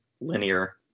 linear